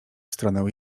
stronę